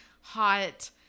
hot